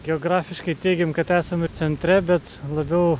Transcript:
geografiškai teigiam kad esame centre bet labiau